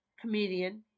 comedian